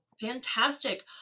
Fantastic